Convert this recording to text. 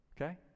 Okay